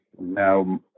Now